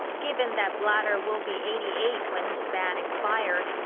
given that blatter will be eighty eight when his ban expires,